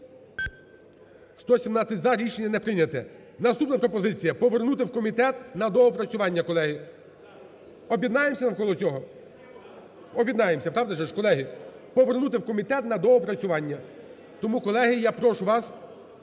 За-117 Рішення не прийняте. Наступна пропозиція. Повернути в комітет на доопрацювання, колеги. Об'єднаємося навколо цього? Об'єднаємося, правда же ж? Повернути в комітет на доопрацювання. Тому, колеги, я прошу вас